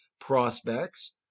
Prospects